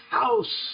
house